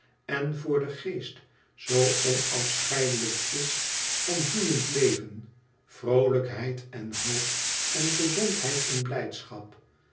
en voor den geest zoo onafecheidelijk is van bloeiend leven vroolijkheid en hoop en gezondheid en blijdschap